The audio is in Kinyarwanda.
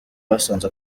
basanze